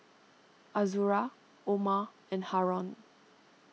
Azura Omar and Haron